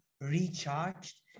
recharged